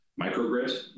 microgrid